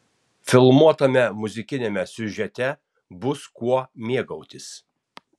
filmuotame muzikiniame siužete bus kuo mėgautis